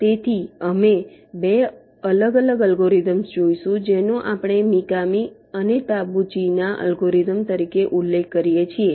તેથી અમે 2 અલગ અલગ એલ્ગોરિધમ્સ જોઈશું જેનો આપણે મિકામી અને તાબુચી ના અલ્ગોરિધમMikami and Tabuchi's algorithm તરીકે ઉલ્લેખ કરીએ છીએ